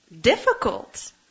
difficult